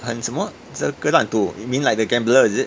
很什么烂赌 you mean like the gambler is it